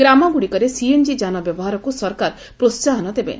ଗ୍ରାମଗୁଡ଼ିକରେ ସିଏନ୍ଜି ଯାନ ବ୍ୟବହାରକୁ ସରକାର ପ୍ରୋହାହନ ଦେବେ